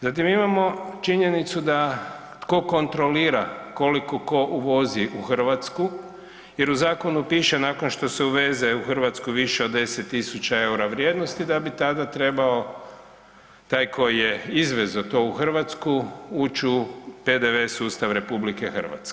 Zatim imamo činjenicu da tko kontrolira koliko ko uvozi u Hrvatsku jer u zakonu piše nakon što se uveze u Hrvatsku više od 10 000 eure vrijednosti, da bi tada trebao taj koji je izvezao to u Hrvatsku, uć u PDV sustav RH.